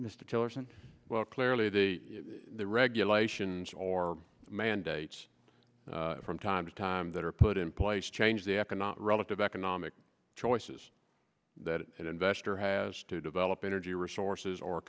mr tillerson well clearly the regulations or mandates from time to time that are put in place change the economic relative economic choices that an investor has to develop energy resources or